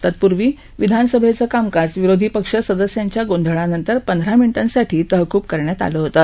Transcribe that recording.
तत्पूर्वी विधानसभेचं कामकाज विरोधी पक्ष सदस्यांच्या गोंधळानंतर पंधरा मिनिटांसाठी तहकूब करण्यात आलं होतं